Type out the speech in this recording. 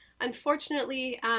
Unfortunately